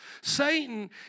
Satan